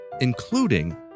including